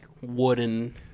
wooden